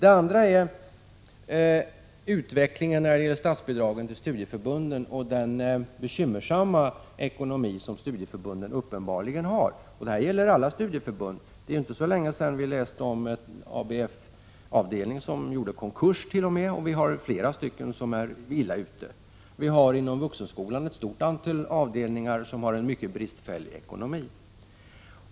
En annan fråga gäller utvecklingen av statsbidragen till studieförbunden och den bekymmersamma ekonomi som studieförbunden uppenbarligen har. Detta gäller alla studieförbund. Det är inte så länge sedan vi läste om en ABF-avdelning som t.o.m. gjorde konkurs, och vi har flera stycken som är illa ute. Inom vuxenskolan har vi ett stort antal avdelningar som har en mycket bristfällig ekonomi.